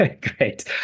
Great